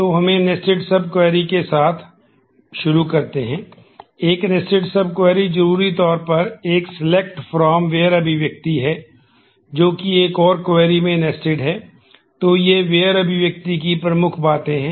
तो हमें nested subquery के साथ शुरू करते हैं